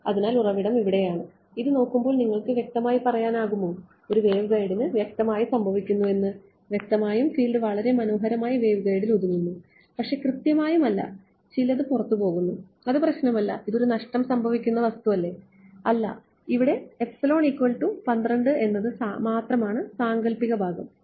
അതിനാൽ ഉറവിടം ഇവിടെയാണ് ഇത് നോക്കുമ്പോൾ നിങ്ങൾക്ക് വ്യക്തമായി പറയാനാകുമോ ഒരു വേവ്ഗൈഡിംഗ് വ്യക്തമായി സംഭവിക്കുന്നു എന്ന് വ്യക്തമായും ഫീൽഡ് വളരെ മനോഹരമായി വേവ്ഗൈഡിൽ ഒതുങ്ങുന്നു പക്ഷേ കൃത്യമായും അല്ല ചിലത് പുറത്തുപോകുന്നു അത് പ്രശ്നമല്ല ഇതൊരു നഷ്ടം സംഭവിക്കുന്ന വസ്തു അല്ല ഇവിടെ എന്നത് മാത്രമാണ് സാങ്കൽപ്പിക ഭാഗം ഇല്ല